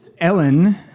Ellen